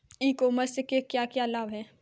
ई commerce के क्या क्या लाभ हैं?